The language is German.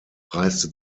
reiste